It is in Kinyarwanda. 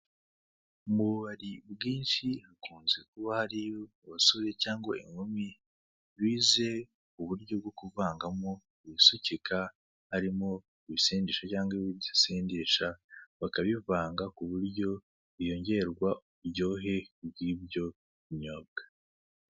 Mu bubari bwinshi hakunze kuba hari abasore cyangwa inkumi bize uburyo bwo kuvangamo ibisukika harimo ibisindisha cyangwa ibidasindisha bakabivanga kuburyo kongerwa uburyohe bw'ibyo binyobwa.